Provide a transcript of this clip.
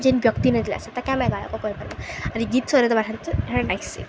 ଯେନ୍ ବ୍ୟକ୍ତି ନେଲେ ଆସ ତା ଆମେ ଗା କପରିମାନ୍ତ ଆେ ଗୀତ ସରରେ ତ ବାଧ୍ୟେ ତ ହେ ନାଗକ୍ସି